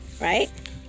Right